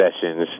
sessions